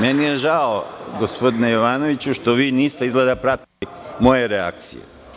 Meni je žao, gospodine Jovanoviću, što vi niste izgleda pratili moje reakcije.